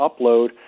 upload